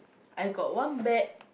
I got one bag